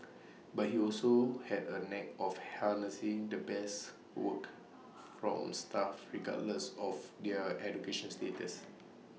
but he also had A knack of harnessing the best work from staff regardless of their education status